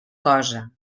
cosa